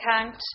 account